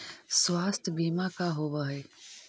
स्वास्थ्य बीमा का होव हइ?